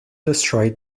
destroyed